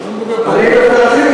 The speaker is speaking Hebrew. אז אני מדבר פה,